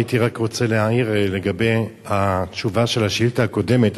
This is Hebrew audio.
הייתי רק רוצה להעיר לגבי התשובה על השאילתא הקודמת,